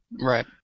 Right